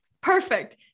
Perfect